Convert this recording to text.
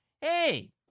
Hey